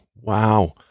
wow